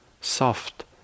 soft